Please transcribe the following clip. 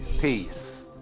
Peace